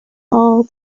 all